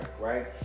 right